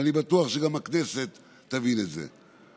ואני בטוח שגם הכנסת תבין את זה.